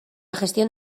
gestión